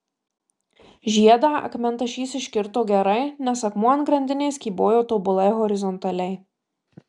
žiedą akmentašys iškirto gerai nes akmuo ant grandinės kybojo tobulai horizontaliai